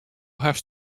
hast